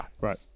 right